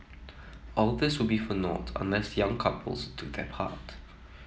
all this will be for naught unless young couples do their part